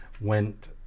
went